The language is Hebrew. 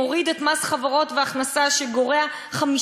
מוריד את מס החברות וההכנסה שגורע 5